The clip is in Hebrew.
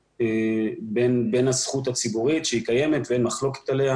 בין הזכות הציבורית שהיא קיימת ואין מחלוקת עליה